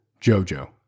Jojo